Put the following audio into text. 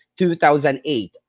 2008